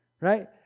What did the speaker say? right